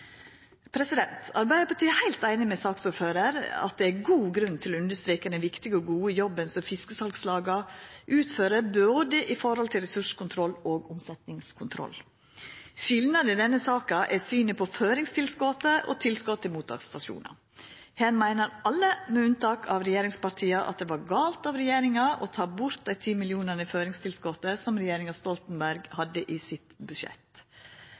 Arbeidarpartiet er heilt einig med saksordføraren i at det er god grunn til å understreka den viktige og gode jobben som fiskesalslaga utfører når det gjeld både ressurskontroll og omsetningskontroll. Skilnaden i denne saka er synet på føringstilskotet og tilskot til mottaksstasjonar. Her meiner alle, med unntak av regjeringspartia, at det var galt av regjeringa å ta bort dei 10 mill. kr i føringstilskotet som regjeringa Stoltenberg hadde i sitt budsjett.